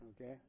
okay